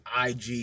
IG